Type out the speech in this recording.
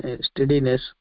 steadiness